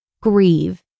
grieve